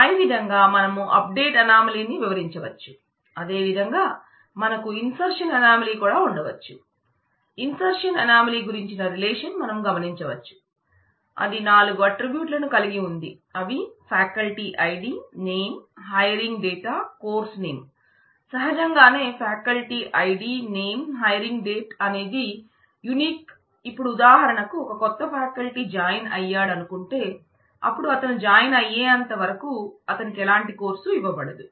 పై విధంగా మనం అప్డేట్ అనామలీనిసహజంగానే ఫ్యాకల్టీ ఐడినేమ్ హైరింగ్ డేట్ అనేది యూనిక్ ఇపుడు ఉదాహారణకు ఒక కొత్త ఫ్యాకల్టీ జాయిన్ అయ్యాడనుకుంటే అపుడు అతను జాయిన్ అయ్యేంతవరకు అతనికి ఎలాంటి కోర్స్ ఇవ్వబడదు